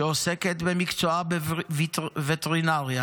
שעוסקת במקצועה בווטרינריה,